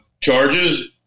charges